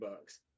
bucks